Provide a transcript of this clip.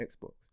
Xbox